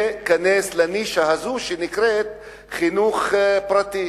להיכנס לנישה הזאת שנקראת חינוך פרטי.